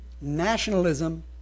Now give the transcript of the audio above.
nationalism